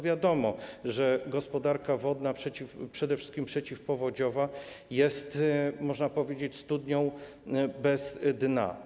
Wiadomo, że gospodarka wodna, przede wszystkim przeciwpowodziowa, jest, można powiedzieć, studnią bez dna.